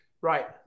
Right